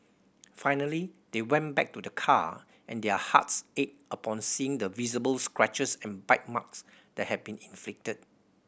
finally they went back to the car and their hearts ached upon seeing the visible scratches and bite marks that had been inflicted